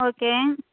okay